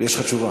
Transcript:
יש לך תשובה